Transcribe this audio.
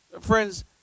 Friends